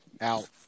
out